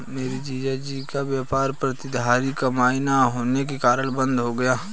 मेरे जीजा जी का व्यापार प्रतिधरित कमाई ना होने के कारण बंद हो गया